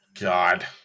God